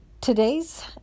today's